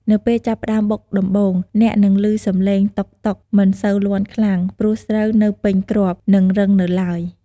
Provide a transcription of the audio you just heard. នៅពេលចាប់ផ្ដើមបុកដំបូង អ្នកនឹងឮសំឡេង 'តុកៗ' មិនសូវលាន់ខ្លាំង ព្រោះស្រូវនៅពេញគ្រាប់ និងរឹងនៅឡើយ។